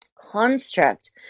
construct